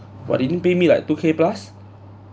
what didn't pay me like two k plus